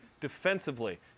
defensively